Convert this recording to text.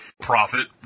Profit